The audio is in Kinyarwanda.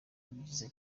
byiza